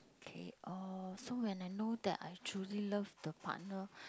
K uh so when I know that I truly love the partner